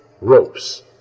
ropes